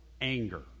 anger